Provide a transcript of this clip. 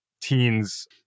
teens